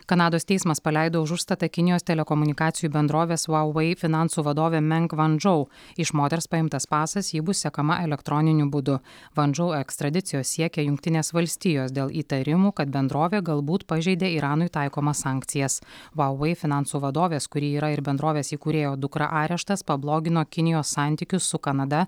kanados teismas paleido už užstatą kinijos telekomunikacijų bendrovės vauvai finansų vadovę menk vandžou iš moters paimtas pasas ji bus sekama elektroniniu būdu vandžou ekstradicijos siekia jungtinės valstijos dėl įtarimų kad bendrovė galbūt pažeidė iranui taikomas sankcijas vauvai finansų vadovės kuri yra ir bendrovės įkūrėjo dukra areštas pablogino kinijos santykius su kanada